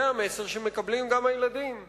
זה המסר שגם הילדים מקבלים.